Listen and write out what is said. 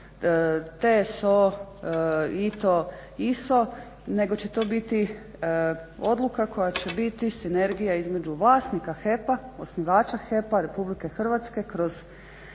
TSO, ITO, ISO nego će to biti odluka koja će biti sinergija između vlasnika HEP-a, osnivača HEP-a RH kroz